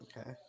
Okay